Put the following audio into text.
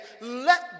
Let